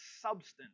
substance